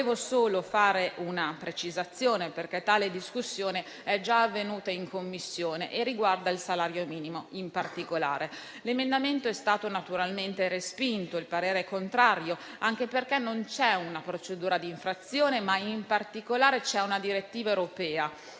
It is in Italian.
solo fare una precisazione, perché ha già avuto luogo in Commissione e riguarda il salario minimo in particolare. L'emendamento è stato naturalmente respinto con parere contrario, anche perché non c'è una procedura di infrazione, ma in particolare c'è una direttiva europea,